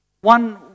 one